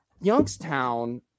Youngstown